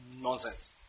Nonsense